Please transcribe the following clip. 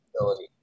ability